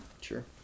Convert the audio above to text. Sure